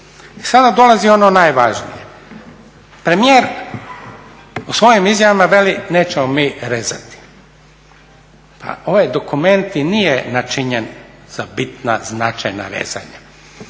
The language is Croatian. sada dolazi ono najvažnije, premijer u svojim izjavama veli nećemo mi rezati. Pa ovaj dokument i nije načinjen za bitna značajna rezanja.